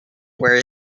where